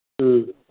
ꯎꯝ